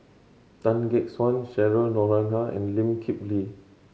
Tan Gek Suan Cheryl Noronha and Lee Kip Lee